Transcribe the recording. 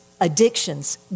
addictions